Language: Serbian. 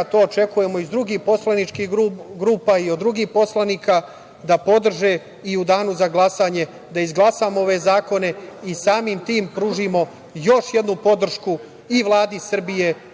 a to očekujemo iz drugih poslaničkih grupa i od drugih poslanika da podrže i u danu za glasanje da izglasamo ove zakone i samim tim pružimo još jednu podršku i Vladi Srbije